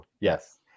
Yes